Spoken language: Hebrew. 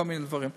כל מיני דברים.